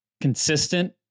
consistent